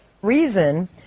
reason